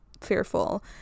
fearful